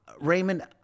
Raymond